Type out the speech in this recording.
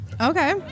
Okay